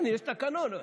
יש תקנון.